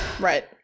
right